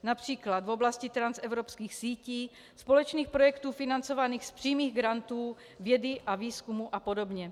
Například v oblasti transevropských sítí, společných projektů financovaných z přímých grantů, vědy a výzkumu a podobně.